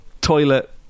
toilet